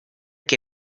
que